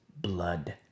blood